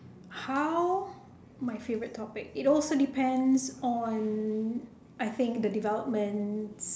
oh my favourite topic it also depends on I think the developments